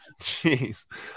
Jeez